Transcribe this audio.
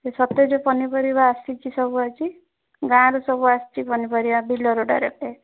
ସେ ସତେଜ ପନିପରିବା ଆସିଛି ସବୁ ଆଜି ଗାଁରୁ ସବୁ ଆସିଛି ପନିପରିବା ବିଲରୁ ଡାଇରେକ୍ଟ